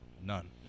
None